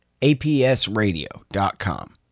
APSRadio.com